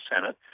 Senate